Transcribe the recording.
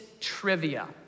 trivia